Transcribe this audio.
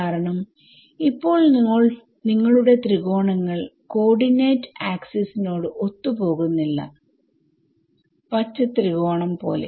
കാരണം ഇപ്പോൾ നിങ്ങളുടെ ത്രികോണങ്ങൾ കൊഓർഡിനേറ്റ് ആക്സിസ് നോട് ഒത്തു പോകുന്നില്ല പച്ച ത്രികോണം പോലെ